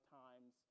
times